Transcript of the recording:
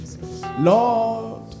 Lord